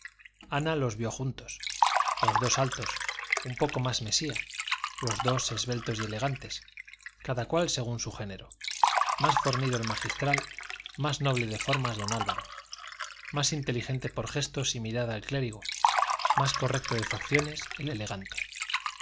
ana los vio juntos los dos altos un poco más mesía los dos esbeltos y elegantes cada cual según su género más fornido el magistral más noble de formas don álvaro más inteligente por gestos y mirada el clérigo más correcto de facciones el elegante don